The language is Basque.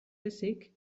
ezik